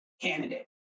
candidate